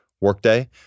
workday